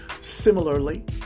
Similarly